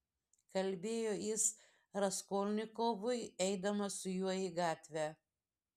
kalbėjo jis raskolnikovui eidamas su juo į gatvę